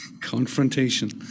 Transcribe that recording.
Confrontation